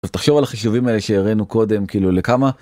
טוב תחשוב על החישובים האלה שהראינו קודם כאילו לכמה